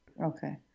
Okay